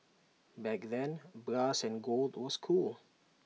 back then brass and gold was cool